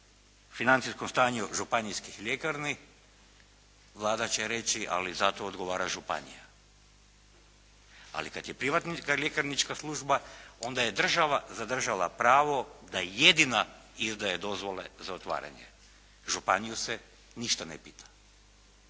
financijskom stanju županijskih ljekarni Vlada će reći ali za to odgovara županija, ali kada je privatna ljekarnička služba onda je država zadržala pravo da jedina izdaje dozvole za otvaranje. Županiju se ništa ne pita.